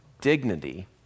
dignity